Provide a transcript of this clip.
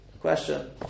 question